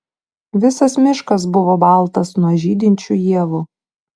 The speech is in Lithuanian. visas miškas buvo baltas nuo žydinčių ievų